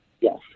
Yes